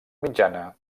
mitjana